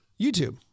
YouTube